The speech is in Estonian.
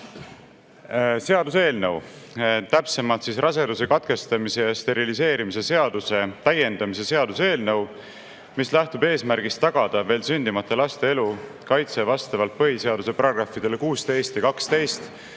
seaduseelnõu, täpsemalt raseduse katkestamise ja steriliseerimise seaduse täiendamise seaduse eelnõu, mis lähtub eesmärgist tagada veel sündimata laste elu kaitse vastavalt põhiseaduse §‑dele 16